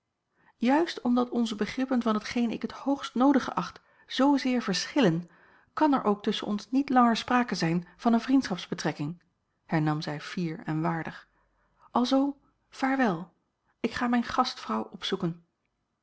juist omdat onze begrippen van hetgeen ik het hoogst noodige acht zoozeer verschillen kàn er ook tusschen ons niet langer sprake zijn van eene vriendschapsbetrekking hernam zij fier en waardig alzoo vaarwel ik ga mijne gastvrouw opzoeken